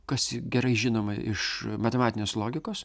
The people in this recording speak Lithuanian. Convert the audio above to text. kas gerai žinoma iš matematinės logikos